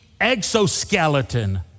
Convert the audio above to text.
exoskeleton